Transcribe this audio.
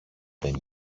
δεν